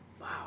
Wow